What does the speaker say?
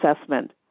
assessment